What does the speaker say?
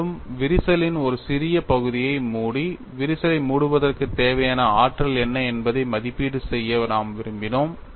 மேலும் விரிசலின் ஒரு சிறிய பகுதியை மூடி விரிசலை மூடுவதற்குத் தேவையான ஆற்றல் என்ன என்பதை மதிப்பீடு செய்ய நாம் விரும்பினோம்